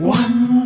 one